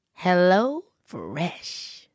HelloFresh